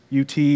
UT